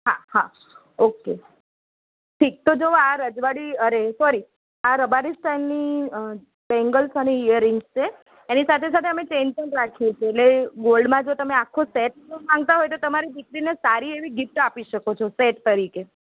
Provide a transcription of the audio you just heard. હા હા ઓકે ઠીક તો જુઓ આ રજવાડી અરે સોરી આ રબારી સ્ટાઇલની અ બેંગલ્સ અને ઇયરિંગ્સ છે એની સાથે સાથે અમે ચેન પણ રાખીએ છીએ એટલે ગોલ્ડમાં જો તમે આખો સેટ કરવા માગતા હોય તો તમારી દીકરીને સારી એવી ગિફ્ટ આપી શકો છો સેટ તરીકે